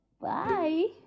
Bye